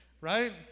right